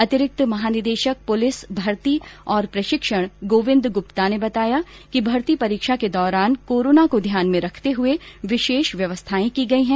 अतिरिक्त महानिदेशक पुलिस भर्ती और प्रशिक्षण गोविंद गुप्ता ने बताया कि भर्ती परीक्षा के दौरान कोरोना को ध्यान में रखते हुए विशेष व्यवस्थाएं की गई है